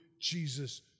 Jesus